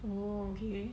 oh okay